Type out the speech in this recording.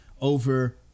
over